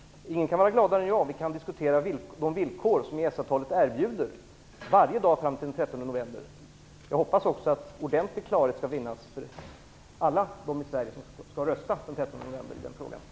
Ingen kan vara gladare än jag om vi kan diskutera de villkor som EES-avtalet erbjuder varje dag fram till den 13 november. Jag hoppas också att ordentlig klarhet skall finnas för alla som skall rösta i denna angelägna fråga.